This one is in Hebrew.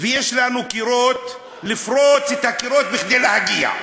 ויש לנו קירות לפרוץ כדי להגיע,